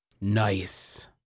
Nice